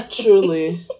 Truly